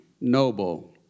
noble